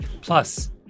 Plus